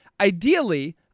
Ideally